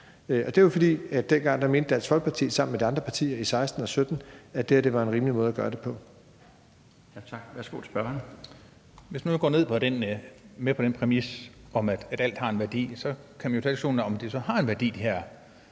det på. Det var, fordi Dansk Folkeparti dengang sammen med de andre partier i 2016 og 2017 mente, det her var en rimelig måde at gøre det på.